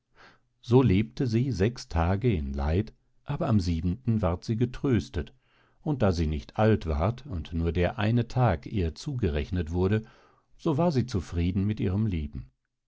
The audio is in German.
so lebte sie sechs tage in leid aber am siebenten ward sie getröstet und da sie nicht alt ward und nur der eine tag ihr zugerechnet wurde so war sie zufrieden mit ihrem leben